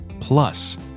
plus